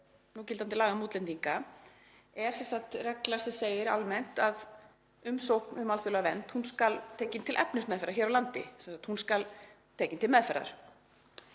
núgildandi laga um útlendinga er regla sem segir almennt að umsókn um alþjóðlega vernd skuli tekin til efnismeðferðar hér á landi, hún skuli tekin til meðferðar.